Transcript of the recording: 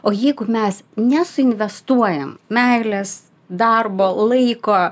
o jeigu mes nesuinvestuojam meilės darbo laiko